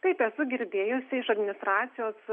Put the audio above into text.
taip esu girdėjusi iš administracijos